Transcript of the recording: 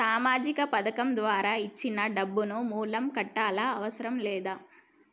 సామాజిక పథకం ద్వారా వచ్చిన డబ్బును మళ్ళా కట్టాలా అవసరం లేదా?